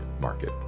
market